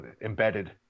embedded